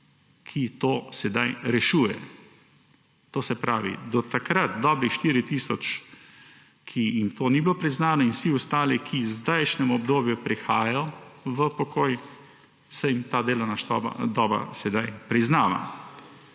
ki to sedaj rešuje. To se pravi, do takrat dobrih 4 tisoč, ki jim to ni bilo priznano, in vsi ostali, ki v zdajšnjem obdobju prihajajo v pokoj, se jim ta delovna doba sedaj priznava.